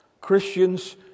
Christians